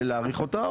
להאריך אותה,